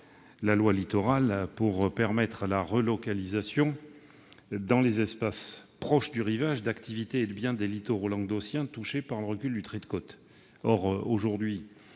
la loi Littoral, afin de permettre la relocalisation dans les espaces proches du rivage d'activités et de biens des littoraux languedociens touchés par le recul du trait de côte. Or, en l'état